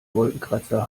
wolkenkratzer